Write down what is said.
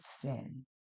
sin